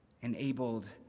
Enabled